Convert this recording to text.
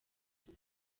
ubwo